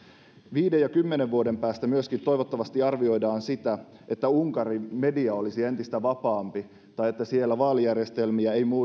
viiden ja kymmenen vuoden päästä myöskin toivottavasti arvioidaan sitä että unkarin media olisi entistä vapaampi tai että siellä vaalijärjestelmiä ei